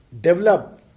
develop